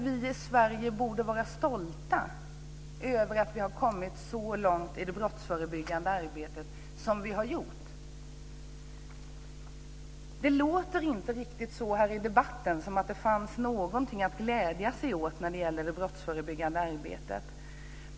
Vi i Sverige borde vara stolta över att vi har kommit så långt i det brottsförebyggande arbetet som vi har gjort. Det låter inte riktigt här i debatten som att det finns någonting att glädja sig åt när det gäller det brottsförebyggande arbetet.